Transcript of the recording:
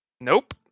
Nope